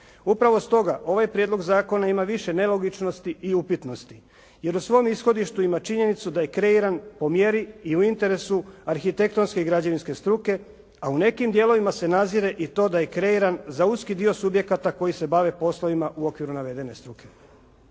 Upravo stoga ovaj prijedlog zakona ima više nelogičnosti i upitnosti, jer u svom ishodištu ima činjenicu da je kreiran po mjeri i u interesu arhitektonske i građevinske struke, a u nekim dijelovima se nazire i to da je kreiran za uski dio subjekata koji se bave poslovima u okviru navedene struke.